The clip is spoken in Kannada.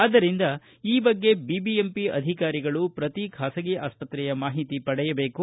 ಆದ್ದರಿಂದ ಈ ಬಗ್ಗೆ ಬಿಬಿಎಂಪಿ ಅಧಿಕಾರಿಗಳು ಪ್ರತಿ ಖಾಸಗಿ ಆಸ್ಪತ್ರೆಯ ಮಾಹಿತಿ ಪಡೆಯಬೇಕು